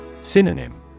Synonym